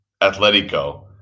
Atletico